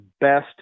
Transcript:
best